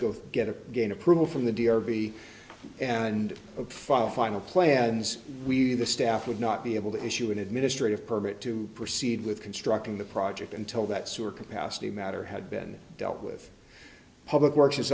go get a gain approval from the d r v and of follow final plans we the staff would not be able to issue an administrative permit to proceed with constructing the project until that sewer capacity matter had been dealt with public works